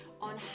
on